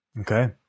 Okay